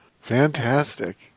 Fantastic